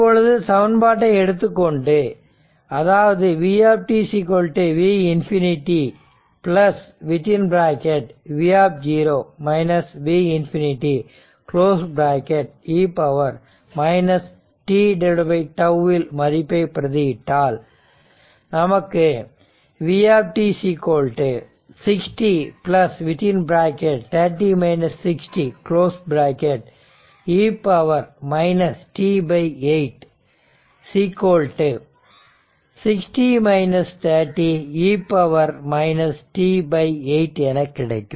இப்பொழுது சமன் பாட்டை எடுத்துக் கொண்டு அதாவது v V∞ V V∞ e tτ இல் மதிப்பை பிரதி விட்டால் நமக்கு v 60 30 60 e t 8 60 30 e t 8 என கிடைக்கும்